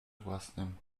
własnym